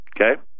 okay